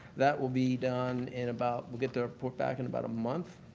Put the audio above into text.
that will be done in about we'll get that report back in about a month.